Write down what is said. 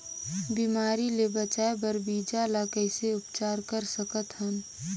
बिमारी ले बचाय बर बीजा ल कइसे उपचार कर सकत हन?